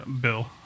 bill